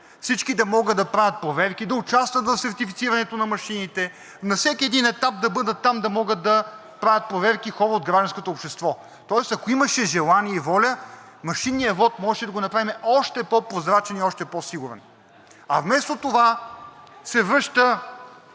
всички да могат да правят проверки, да участват в сертифицирането на машините, на всеки един етап да бъдат там да могат да правят проверки хора от гражданското общество. Тоест, ако имаше желание и воля, машинният вот можеше да го направим още по-прозрачен и още по-сигурен. Вместо това се връща